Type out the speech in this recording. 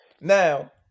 Now